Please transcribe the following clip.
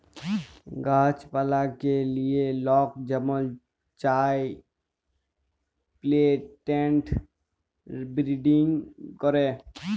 গাহাছ পালাকে লিয়ে লক যেমল চায় পিলেন্ট বিরডিং ক্যরে